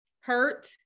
Hurt